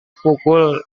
pukul